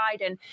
Biden